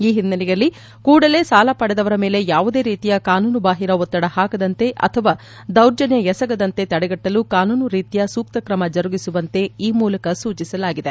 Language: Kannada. ಈ ಹಿನ್ನೆಲೆಯಲ್ಲಿ ಕೂಡಲೇ ಸಾಲ ಪಡೆದವರ ಮೇಲೆ ಯಾವುದೇ ರೀತಿಯ ಕಾನೂನುಬಾಹಿರ ಒತ್ತಡ ಹಾಕದಂತೆ ಅಥವಾ ದೌರ್ಜಸ್ಯ ಎಸಗದಂತೆ ತಡೆಗಟ್ಟಲು ಕಾನೂನು ರೀತ್ಯ ಸೂಕ್ತ ಕ್ರಮ ಜರುಗಿಸುವಂತೆ ಈ ಮೂಲಕ ಸೂಚಿಸಲಾಗಿದೆ